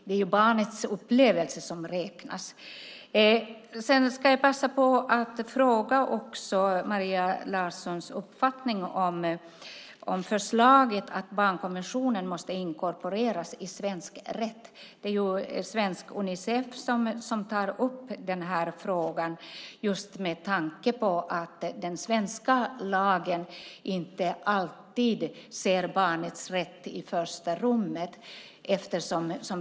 Det är barnets upplevelse som räknas. Jag ska passa på att fråga om Maria Larssons uppfattning. Det gäller förslaget att barnkonventionen måste inkorporeras i svensk rätt. Det är Svenska Unicef-kommittén som tar upp frågan med tanke på att den svenska lagen inte alltid sätter barnets rätt i första rummet.